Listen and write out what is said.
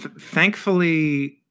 Thankfully